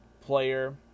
player